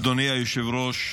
אדוני היושב-ראש,